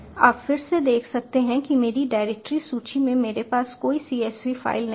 आप फिर से देख सकते हैं कि मेरी डायरेक्टरी सूची में मेरे पास कोई csv फ़ाइल नहीं है